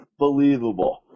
unbelievable